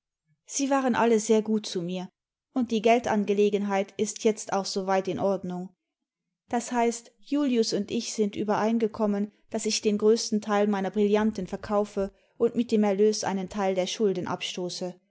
sie waren alle sehr gut zu mir und die geldangelegenheit ist jetzt auch soweit in ordnung das heißt julius und ich sind übereingekommen daß ich den größten teil meiner brillanten verkaufe und mit dem erlös einen teil der schulden abstoße